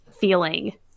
feeling